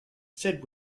said